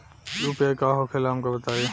UPI का होखेला हमका बताई?